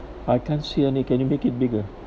I can't see any can you make it bigger